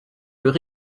veut